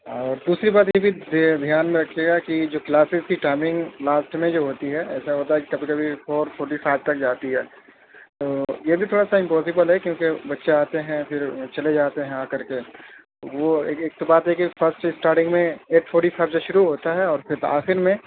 اور دوسری بات یہ ہے کہ دھیان رکھیے گا کہ جو کلاسیز کی ٹائمنگ لاسٹ میں جو ہوتی ہے ایسا ہوتا ہے کہ کبھی کبھی فور فورٹی فائیو تک جاتی ہے تو یہ بھی تھوڑا سا امپاسبل ہے کیونکہ بچے آتے ہیں پھر چلے جاتے ہیں آ کر کے وہ ایک تو بات یہ کہ تھوڑا ٹھیک اسٹارٹنگ میں ایٹ فورٹی فائیو سے شروع ہوتا ہے اور پھر آخر میں